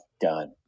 done